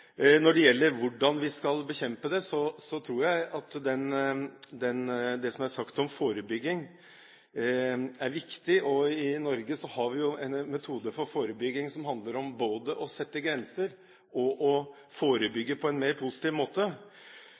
Når det gjelder hvordan vi skal bekjempe det, tror jeg at det som er sagt om forebygging, er viktig. I Norge har vi jo en metode for forebygging som handler om både å sette grenser og å forebygge på en mer positiv måte.